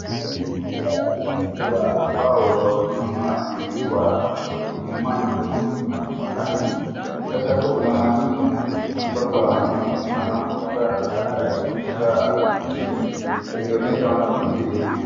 Hapo ni darasa ambapo huwa ubao wa kule nyuma imeandikwa maandishi fulani. Sasa hapo kuna mwalimu ambapo ama mwanamke ambaye amepanda juu ya kiti akionyesha wanafunzi kitu.